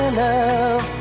love